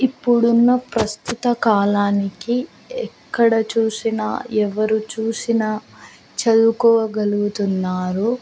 ఇప్పుడున్న ప్రస్తుత కాలానికి ఎక్కడ చూసినా ఎవరు చూసినా చదువుకోగలుగుతున్నారు